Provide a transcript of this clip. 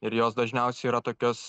ir jos dažniausiai yra tokios